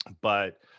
but-